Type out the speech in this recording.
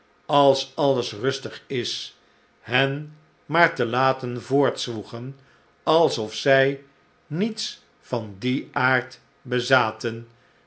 als alles rustig is hen maar te laten voortzwoegen alsof zij niets van dien aard bezaten